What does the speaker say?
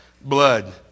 blood